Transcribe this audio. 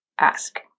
ask